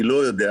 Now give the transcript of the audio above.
אני לא יודע,